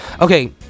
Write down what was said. Okay